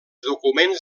documents